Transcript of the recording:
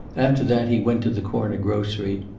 after that he went to the corner grocery,